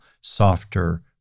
softer